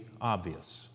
obvious